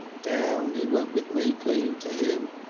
down he went with me clinging to him.